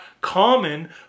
common